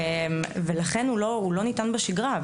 לכן הוא לא ניתן בשגרה.